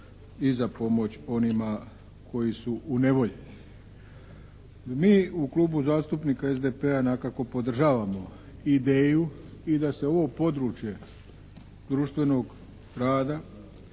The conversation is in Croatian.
i za pomoć onima koji su u nevolji. Mi u Klubu zastupnika SDP-a dakako podržavamo ideju i da se ovo područje društvenog rada